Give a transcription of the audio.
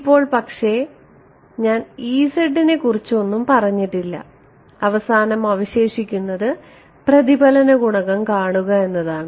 ഇപ്പോൾ പക്ഷേ ഇപ്പോൾ ഞാൻ നെക്കുറിച്ച് ഒന്നും പറഞ്ഞിട്ടില്ല അവസാനം അവശേഷിക്കുന്നത് പ്രതിഫലന ഗുണകം കാണുക എന്നതാണ്